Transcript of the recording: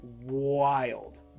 wild